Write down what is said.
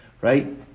right